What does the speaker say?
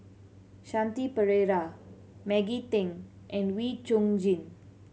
Shanti Pereira Maggie Teng and Wee Chong Jin